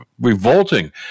revolting